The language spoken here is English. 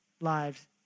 lives